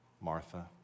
Martha